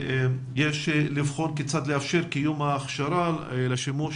יש לבחון כיצד לאפשר את קיום ההכשרה לשימוש